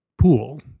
pool